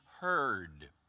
heard